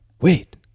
Wait